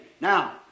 Now